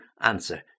answer